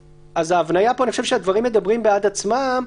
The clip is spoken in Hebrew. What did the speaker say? ההבנייה פה אני חושב שהדברים מדברים בעד עצמם.